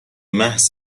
محض